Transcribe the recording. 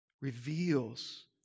reveals